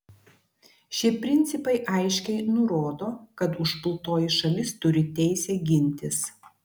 šie principai aiškiai nurodo kad užpultoji šalis turi teisę gintis